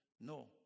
No